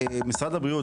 משרד הבריאות,